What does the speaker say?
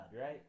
right